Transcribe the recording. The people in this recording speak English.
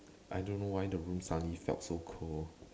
I don't know why the room suddenly felt so cold